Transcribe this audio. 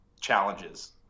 challenges